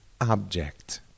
object